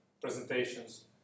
presentations